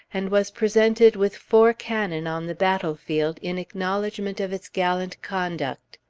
and was presented with four cannon on the battlefield in acknowledgment of its gallant conduct!